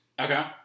Okay